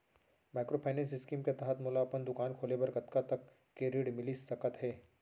Microfinance scheme के तहत मोला अपन दुकान खोले बर कतना तक के ऋण मिलिस सकत हे?